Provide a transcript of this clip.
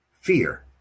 fear